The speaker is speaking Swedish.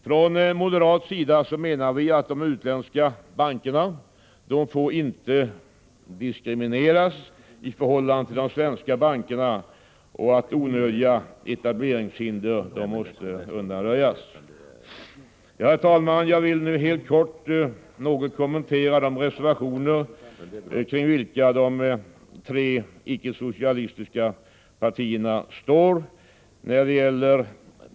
Från moderat sida menar vi att de utländska bankerna inte får diskrimineras i förhållande till de svenska bankerna och att onödiga etableringshinder måste undanröjas. Herr talman! Jag vill helt kort kommentera de reservationer som företrädarna för de icke-socialistiska partierna har avgivit.